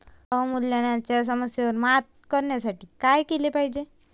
अवमूल्यनाच्या समस्येवर मात करण्यासाठी काय केले पाहिजे?